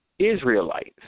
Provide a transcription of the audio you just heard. Israelites